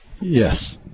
Yes